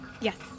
Yes